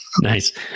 Nice